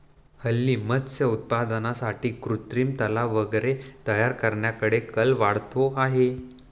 हल्ली मत्स्य उत्पादनासाठी कृत्रिम तलाव वगैरे तयार करण्याकडे कल वाढतो आहे